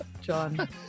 John